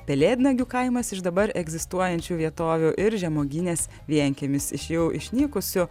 pelėdnagių kaimas iš dabar egzistuojančių vietovių ir žemuoginės vienkiemis iš jau išnykusių